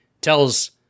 tells